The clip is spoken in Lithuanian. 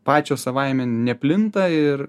pačios savaime neplinta ir